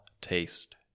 taste